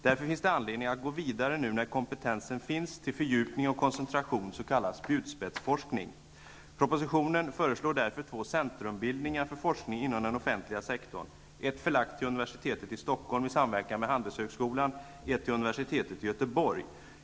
Därför finns det nu anledning att gå vidare när nu kompetensen finns till fördjupning och koncentration i s.k. spjutspetsforskning. I propositionen föreslås därför två centrumbildningar för forskning inom den offentliga sektorn, ett förlagt till universitetet i Stockholm i samverkan med Handelshögskolan, ett till universitetet i Göteborg.